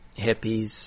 hippies